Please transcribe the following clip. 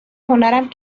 هنرم